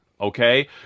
okay